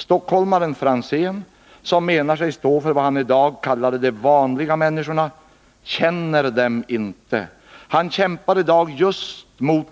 Stockholmaren Tommy Franzén, som säger sig ställa upp för vad han kallade ”de vanliga människorna”, känner inte dessa. Han kämpar i dag mot just